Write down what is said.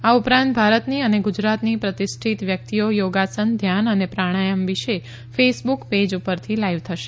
આ ઉપરાંત ભારતની અને ગુજરાતની પ્રતિષ્ઠીત વ્યક્તિઓ યોગાસન ઘ્યાન અને પ્રાણાયમ વિશે ફેસબુક પેજ પરથી લાઇવ થશે